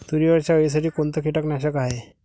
तुरीवरच्या अळीसाठी कोनतं कीटकनाशक हाये?